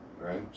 right